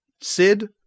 Sid